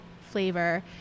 flavor